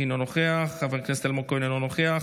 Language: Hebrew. אינו נוכח, חבר הכנסת דן אילוז, אינו נוכח,